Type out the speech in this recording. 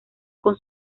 con